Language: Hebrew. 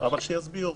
אבל שיסביר,